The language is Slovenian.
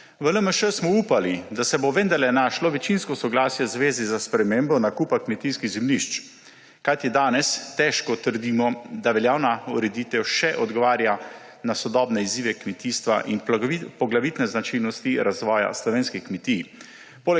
V LMŠ smo upali, da se bo vendarle našlo večinsko soglasje zvezi s spremembo nakupa kmetijskih zemljišč, kajti danes težko trdimo, da veljavna ureditev še odgovarja na sodobne izzive kmetijstva in poglavitne značilnosti razvoja slovenskih kmetij.